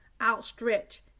outstretched